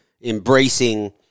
embracing